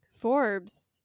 Forbes